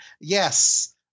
yes